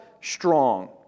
strong